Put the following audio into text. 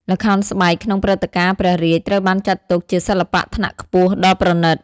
ល្ខោនស្បែកក្នុងព្រឹត្តិការណ៍ព្រះរាជត្រូវបានចាត់ទុកជាសិល្បៈថ្នាក់ខ្ពស់ដ៏ប្រណីត។